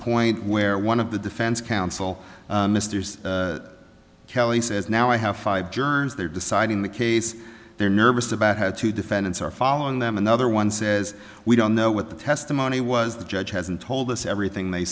point where one of the defense counsel mister kelly says now i have five journeys they're deciding the case they're nervous about had two defendants are following them another one says we don't know what the testimony was the judge hasn't told us everything they